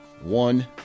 One